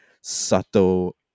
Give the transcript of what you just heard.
subtle